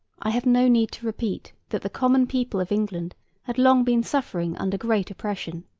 i have no need to repeat that the common people of england had long been suffering under great oppression.